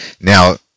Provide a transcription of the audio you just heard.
Now